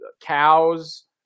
cows